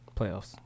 playoffs